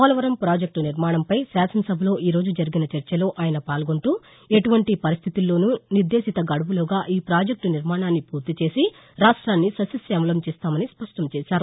Polavaram project నిర్మాణంపై శాసనసభలో ఈరోజు జరిగిన చర్చలో ఆయన పాల్గొంటూ ఎటువంటీ పరిస్టితుల్లోసూ నిర్దేశిత గడువులోగా ఈ ప్రాజెక్టు నిర్మాణాన్ని పూర్తిచేసి రాష్టొన్ని సస్యశ్యామలం చేస్తామని స్పష్టం చేశారు